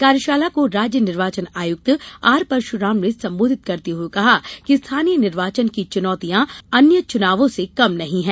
कार्यशाला को राज्य निर्वाचन आयुक्त आर परशुराम ने संबोधित करते हुए कहा कि स्थानीय निर्वाचन की चुनौतियाँ अन्य चुनावों से कम नहीं हैं